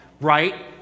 right